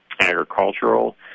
agricultural